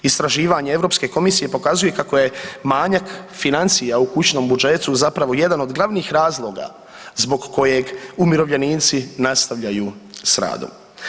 Istraživanje Europske komisije pokazuje kako je manjak financija u kućnom budžeta zapravo jedan od glavnih razloga zbog kojeg umirovljenici nastavljaju s radom.